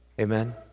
Amen